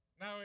Now